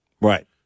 Right